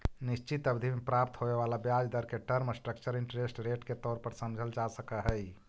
निश्चित अवधि में प्राप्त होवे वाला ब्याज दर के टर्म स्ट्रक्चर इंटरेस्ट रेट के तौर पर समझल जा सकऽ हई